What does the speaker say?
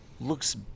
looks